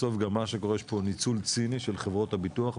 בסוף יש פה ניצול ציני של חברות הביטוח,